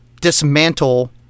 dismantle